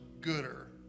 gooder